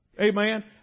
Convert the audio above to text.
Amen